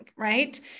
Right